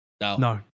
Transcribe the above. No